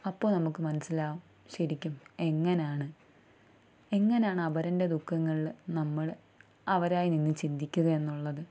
അപ്പോൾ നമുക്ക് മനസ്സിലാകും ശരിക്കും എങ്ങനെയാണ് എങ്ങനെയാണ് അപരൻ്റെ ദുഃഖങ്ങളിൽ നമ്മൾ അവരായി നിന്നു ചിന്തിക്കുക എന്നുള്ളത്